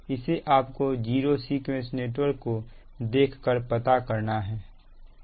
इसे आपको zero sequence network को देख कर पता करना है